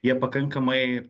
jie pakankamai